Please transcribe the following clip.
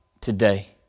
today